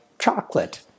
chocolate